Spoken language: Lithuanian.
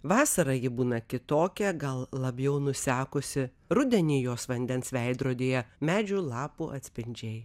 vasarą ji būna kitokia gal labiau nusekusi rudenį jos vandens veidrodyje medžių lapų atspindžiai